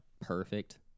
perfect